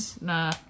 Nah